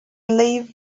leave